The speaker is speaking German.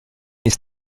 ist